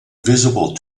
visible